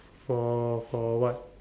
for for what